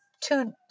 two